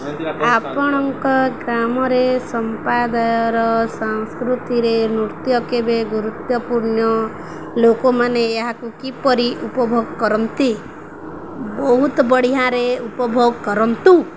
ଆପଣଙ୍କ ଗ୍ରାମରେ ସମ୍ପାଦାୟର ସଂସ୍କୃତିରେ ନୃତ୍ୟ କେବେ ଗୁରୁତ୍ୱପୂର୍ଣ୍ଣ ଲୋକମାନେ ଏହାକୁ କିପରି ଉପଭୋଗ କରନ୍ତି ବହୁତ ବଢ଼ିଆରେ ଉପଭୋଗ କରନ୍ତୁ